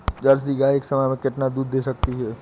Jersey गाय एक समय में कितना दूध दे सकती है?